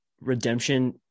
redemption